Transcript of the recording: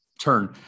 turn